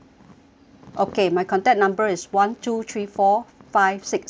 okay my contact number is one two three four five six seven